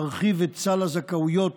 להרחיב את סל הזכאויות